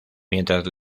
mientras